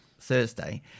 Thursday